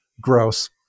gross